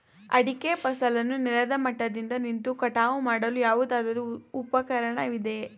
ಅಡಿಕೆ ಫಸಲನ್ನು ನೆಲದ ಮಟ್ಟದಿಂದ ನಿಂತು ಕಟಾವು ಮಾಡಲು ಯಾವುದಾದರು ಉಪಕರಣ ಇದೆಯಾ?